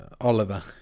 Oliver